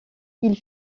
qu’il